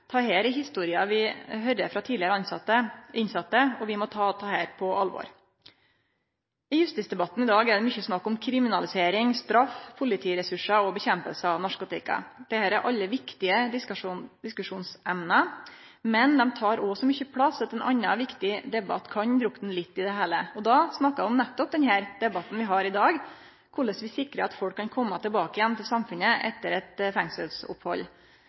Dette er historier vi høyrer frå tidlegare innsette, og vi må ta dette på alvor. I justisdebatten i dag er det mykje snakk om kriminalisering, straff, politiressursar og kampen mot narkotika. Alt dette er viktige diskusjonsemne, men dei tek òg så mykje plass at ein annan viktig debatt kan drukne litt i det heile. Og da snakkar eg om nettopp denne debatten som vi har i dag, om korleis vi sikrar at folk kan kome tilbake til samfunnet etter eit